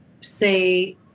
say